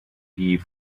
die